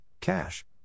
cash